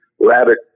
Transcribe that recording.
rabbit